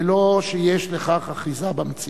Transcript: בלא שיש לכך אחיזה במציאות.